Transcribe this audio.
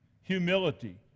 Humility